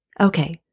Okay